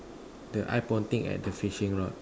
the eye pointing at the fishing rod